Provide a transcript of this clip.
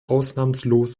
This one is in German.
ausnahmslos